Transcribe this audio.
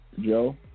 Joe